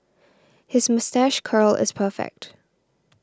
his moustache curl is perfect